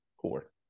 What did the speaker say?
core